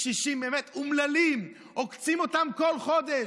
קשישים באמת אומללים, עוקצים אותם כל חודש.